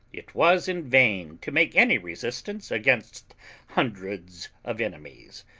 it was in vain to make any resistance against hundreds of enemies.